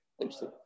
Interesting